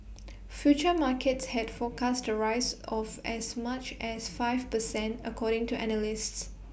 futures markets had forecast rise of as much as five per cent according to analysts